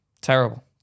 Terrible